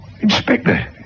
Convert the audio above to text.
Inspector